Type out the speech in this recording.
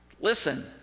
Listen